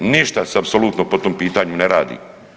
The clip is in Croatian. Ništa se apsolutno po tom pitanju ne radi.